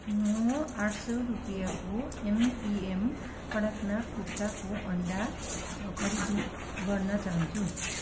म आठ सौ रुपियाँको एमपिएम कडकनाथ कुखुराको अन्डा खरिदन् गर्न चाहान्छु